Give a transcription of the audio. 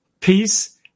peace